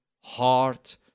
heart